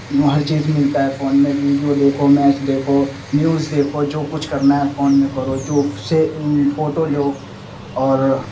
ہر چیز ملتا ہے فون میں ویڈیو دیکھو میچ دیکھو نیوز دیکھو جو کچھ کرنا ہے فون میں کرو جو سے فوٹو لو اور